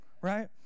right